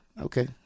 okay